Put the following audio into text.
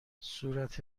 صورت